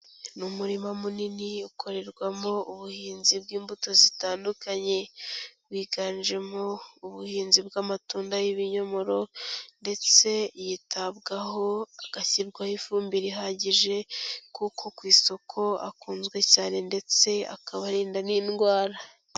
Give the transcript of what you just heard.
Ni umurima munini ukorerwamo ubuhinzi bw'imbuto zitandukanye, biganjemo ubuhinzi bw'amatunda y'ibinyomoro, ndetse yitabwaho agashyirwaho ifumbire ihagije, kuko ku isoko akunzwe cyane ndetse akaba arinda n'indwara.